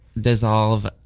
dissolve